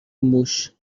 موش